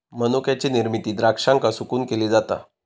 मनुक्याची निर्मिती द्राक्षांका सुकवून केली जाता